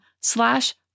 slash